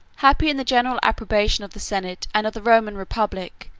happy in the general approbation of the senate and of the roman republic!